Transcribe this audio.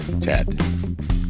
Ted